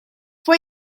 fue